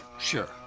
sure